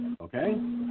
Okay